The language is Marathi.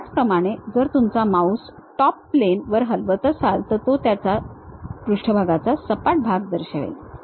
त्याचप्रमाणे जर तुम्ही तुमचा माउस टॉप प्लेन वर हलवत असाल तर तो त्या पृष्ठभागाचा सपाट भाग दर्शवेल